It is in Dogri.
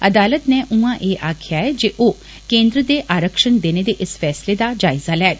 अदालत नै उयां एह् आक्खेआ ऐ जे ओ केन्द्र दे आरक्षण देने दे इस फैसले दा जायज़ा लैग